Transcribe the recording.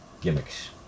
gimmicks